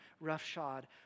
roughshod